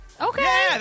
Okay